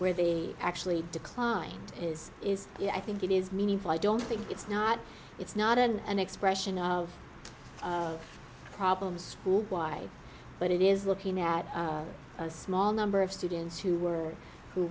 where they actually declined is is i think it is meaningful i don't think it's not it's not an an expression of problems school why but it is looking at a small number of students who were who